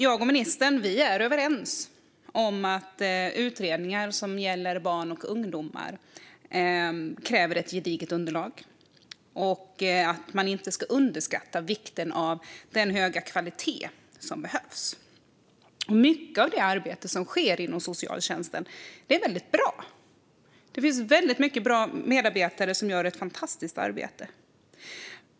Jag och ministern är överens om att utredningar som gäller barn och ungdomar kräver ett gediget underlag och att man inte ska underskatta vikten av den höga kvalitet som behövs. Mycket av det arbete som sker inom socialtjänsten är väldigt bra. Det finns väldigt många bra medarbetare som gör ett fantastiskt arbete.